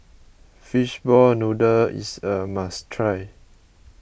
Fishball Noodle is a must try